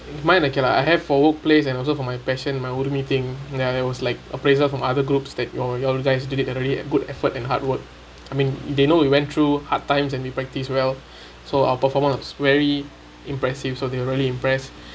mine okay lah I have for work place and also for my passion my thing ya there was like appraisal from other groups that your your guys did it utterly good effort and hard work I mean they know we went through hard times and we practice well so our performance was very impressive so they are really impressed